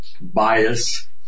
bias